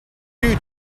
due